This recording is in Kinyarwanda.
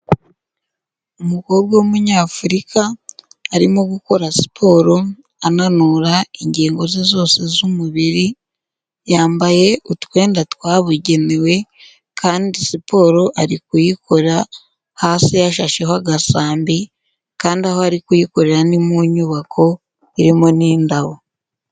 Umukobwa w'umunyafurika arimo gukora siporo ananura ingingo ze zose z'umubiri, yambaye utwenda twabugenewe kandi siporo ari kuyikora hasi yashasheho agasambi kandi aho ari kuyikorera ni mu nyubako irimo n'indabo.